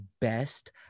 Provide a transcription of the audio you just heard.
best